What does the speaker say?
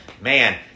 man